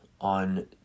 on